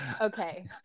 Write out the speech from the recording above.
okay